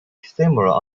camera